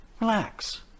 Relax